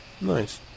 Nice